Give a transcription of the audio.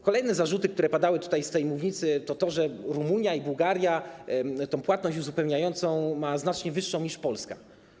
Kolejne zarzuty, które padały z tej mównicy, to to, że Rumunia i Bułgaria tę płatność uzupełniającą mają znacznie wyższą niż Polska.